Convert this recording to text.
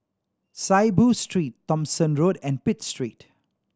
Saiboo Street Thomson Road and Pitt Street